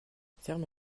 ferme